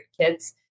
kids